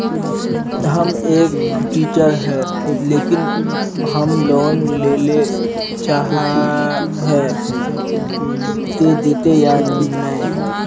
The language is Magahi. हम एक टीचर है लेकिन हम लोन लेले चाहे है ते देते या नय?